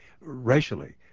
racially